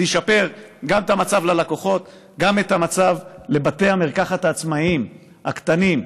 זה ישפר גם את המצב ללקוחות וגם את המצב לבתי המרקחת העצמאיים הקטנים,